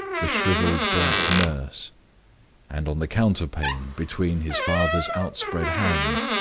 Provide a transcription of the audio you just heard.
the shriveled black nurse and on the counter-pane, between his father's outspread hands,